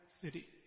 city